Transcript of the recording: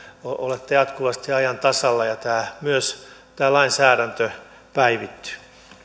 olette jatkuvasti ajan tasalla ja myös tämä lainsäädäntö päivittyy